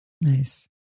Nice